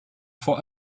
for